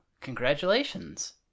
congratulations